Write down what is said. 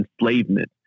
enslavement